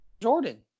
Jordan